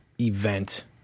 event